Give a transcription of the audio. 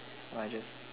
no I just